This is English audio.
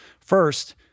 First